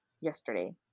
yesterday